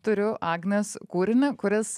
turiu agnės kūrinį kuris